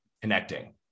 connecting